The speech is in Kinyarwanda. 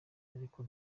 ariko